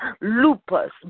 lupus